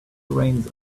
reins